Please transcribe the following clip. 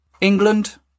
England